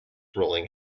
rolling